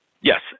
yes